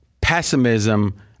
pessimism